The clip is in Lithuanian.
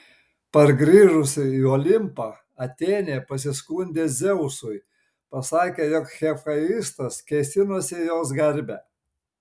pargrįžusi į olimpą atėnė pasiskundė dzeusui pasakė jog hefaistas kėsinosi į jos garbę